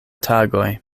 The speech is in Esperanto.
tagoj